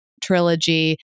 trilogy